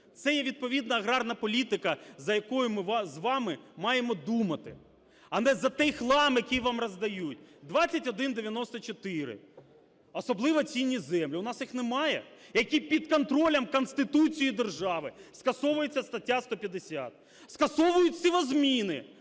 Це є відповідна аграрна політика, за якою ми з вами маємо думати, а не за той хлам, який вам роздають. 2194: особливо цінні землі. У нас їх немає? Які під контролем Конституції держави, скасовується стаття 150, скасовують сівозміни.